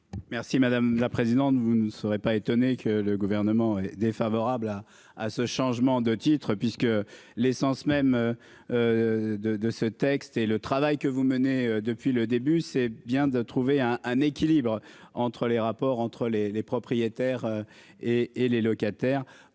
Merci madame la présidente, vous ne serait pas étonné que le gouvernement est défavorable à à ce changement de titre puisque l'essence même. De de ce texte et le travail que vous menez depuis le début, c'est bien de trouver un, un équilibre entre les rapports entre les les propriétaires. Et et les locataires